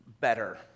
better